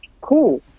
Cool